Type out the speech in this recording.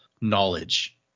knowledge